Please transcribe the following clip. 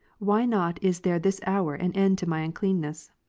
why not is there this hour an end to my unclcanness